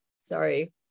Sorry